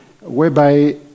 whereby